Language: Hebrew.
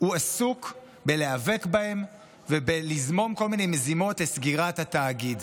הוא עסוק בלהיאבק בהם ובלזמום כל מיני מזימות לסגירת התאגיד.